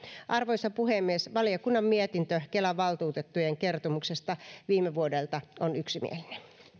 arvoisa puhemies valiokunnan mietintö kelan valtuutettujen kertomuksesta viime vuodelta on yksimielinen